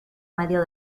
medio